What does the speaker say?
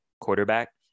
quarterback